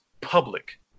public